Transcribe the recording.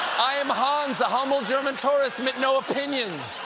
i am hans, a humble german tourist mit no opinions.